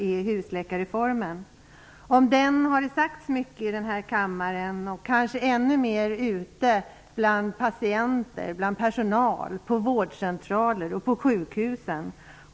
Om denna reform har det sagts mycket i denna kammare, men kanske ännu mera ute bland patienter och personal på vårdcentraler och sjukhus.